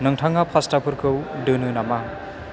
नोंथाङा पास्ताफोरखौ दोनो नामा